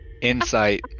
Insight